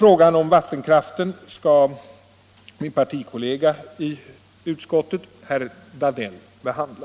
Frågan om vattenkraften skall min partikollega i civilutskottet, herr Danell, behandla.